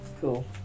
Cool